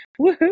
woohoo